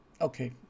okay